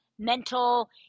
mental